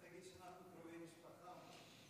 אל תגיד לי שאנחנו קרובי משפחה או משהו.